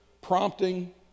Prompting